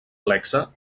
plexe